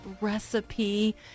recipe